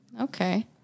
Okay